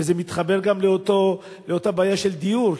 וזה מתחבר גם לאותה בעיה של דיור,